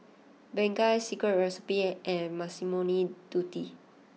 Bengay Secret Recipe and Massimo Dutti